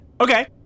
Okay